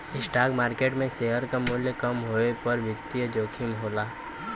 stock market में share क मूल्य कम होये पर वित्तीय जोखिम होला